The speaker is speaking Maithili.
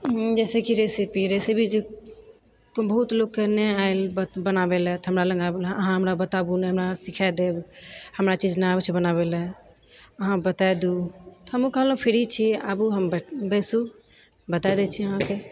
जैसे कि रेसीपी रेसीपी जे बहुत लोग के नहि आयल बनाबै लए तऽ हमरा लग आबल अहाँ हमरा बताबु ने हमरा अहाँ सीखा देब हमरा चीज नहि आबै छै बनाबै लए अहाँ बताय दु हमहुँ कहलहुँ फ्री छी आबू हम बैसु बताय दै छी अहाँके